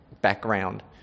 background